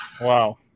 Wow